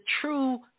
true